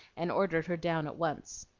and ordered her down at once.